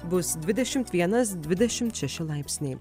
bus dvidešimt vienas dvidešimt šeši laipsniai